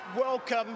welcome